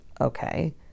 okay